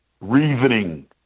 reasoning